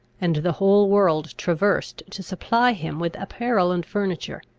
and the whole world traversed to supply him with apparel and furniture.